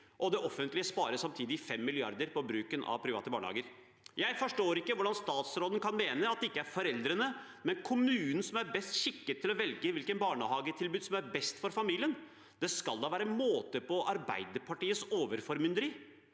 og det offentlige sparer 5 mrd. kr på bruken av private barnehager. Jeg forstår ikke hvordan statsråden kan mene at det ikke er foreldrene, men kommunen som er best skikket til å velge hvilket barnehagetilbud som er best for familien. Det får da være måte på Arbeiderpartiets overformynderi.